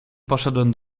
poszedłem